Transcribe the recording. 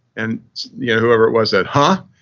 and yeah whoever it was said, huh?